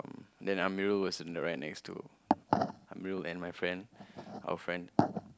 then Amirul was in the ride next to Amirul and my friend our friend